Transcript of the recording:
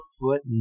foot